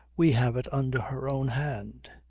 we have it under her own hand.